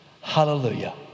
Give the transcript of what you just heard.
Hallelujah